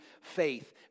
faith